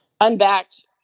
unbacked